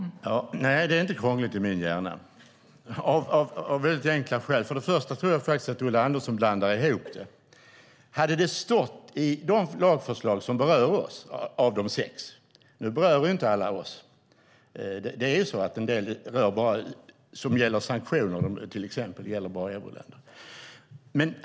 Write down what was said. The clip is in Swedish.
Herr talman! Nej, detta är inte krångligt i min hjärna, av väldigt enkla skäl. Jag tror faktiskt att Ulla Andersson blandar ihop detta. Av de sex lagförslagen är det inte alla som berör oss. Till exempel sådant som rör sanktioner gäller bara euroländerna.